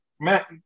Matt